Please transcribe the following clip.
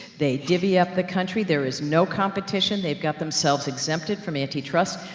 they divvy up the country. there is no competition. they've got themselves exempted from antitrust,